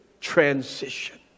transition